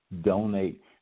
donate